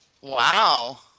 Wow